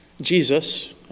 Jesus